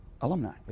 alumni